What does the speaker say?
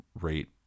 rate